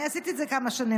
אני עשיתי את זה כמה שנים,